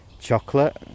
chocolate